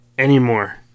Anymore